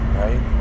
right